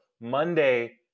Monday